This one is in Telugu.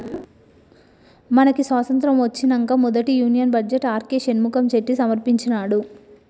మనకి స్వతంత్రం ఒచ్చినంక మొదటి union budget R K Shanmukham Chetty సమర్పించినాడు